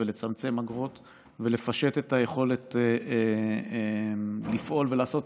ולצמצם אגרות ולפשט את היכולת לפעול ולעשות